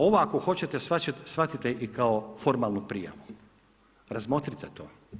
Ovo ako hoćete shvatite i kao formalnu prijavu, razmotrite to.